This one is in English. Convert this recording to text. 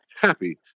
happy